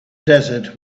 desert